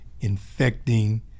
infecting